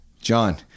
John